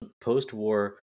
post-war